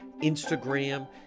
instagram